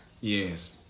yes